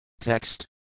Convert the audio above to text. Text